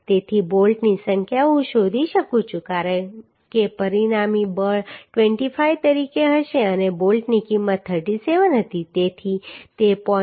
તેથી બોલ્ટની સંખ્યા હું શોધી શકું છું કે પરિણામી બળ 25 તરીકે હશે અને બોલ્ટની કિંમત 37 હતી તેથી તે 0